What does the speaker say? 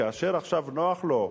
וכאשר עכשיו נוח לו,